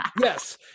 Yes